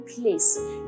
place